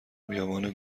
بیابان